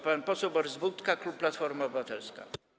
Pan poseł Borys Budka, klub Platforma Obywatelska.